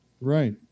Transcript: Right